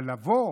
אבל לבוא